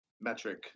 Metric